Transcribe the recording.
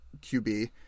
QB